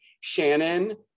Shannon